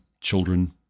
children